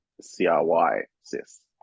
C-R-Y-sis